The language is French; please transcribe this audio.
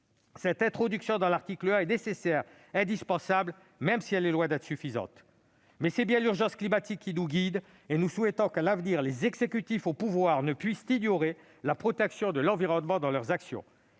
cette modification de l'article 1 est nécessaire et indispensable, même si elle est loin d'être suffisante. C'est bien l'urgence climatique qui nous guide. Nous souhaitons que, à l'avenir, l'exécutif au pouvoir ne puisse ignorer la protection de l'environnement dans son action.